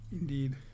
Indeed